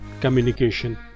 communication